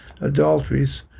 adulteries